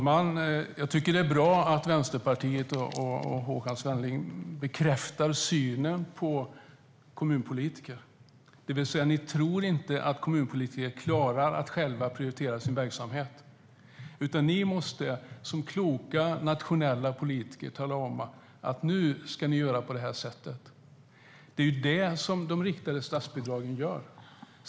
Herr talman! Det är bra att Vänsterpartiet och Håkan Svenneling bekräftar sin syn på kommunpolitiker. Ni tror alltså inte att kommunpolitiker klarar att själva prioritera sin verksamhet, Håkan Svenneling, utan ni som kloka nationella politiker måste tala om att de ska göra på ett visst sätt. Det är vad de riktade statsbidragen gör.